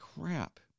crap